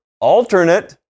alternate